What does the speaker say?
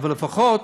אבל לפחות,